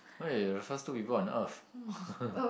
okay the first two people on Earth